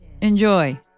enjoy